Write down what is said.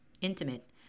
Intimate